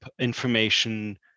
information